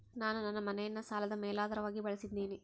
ನಾನು ನನ್ನ ಮನೆಯನ್ನ ಸಾಲದ ಮೇಲಾಧಾರವಾಗಿ ಬಳಸಿದ್ದಿನಿ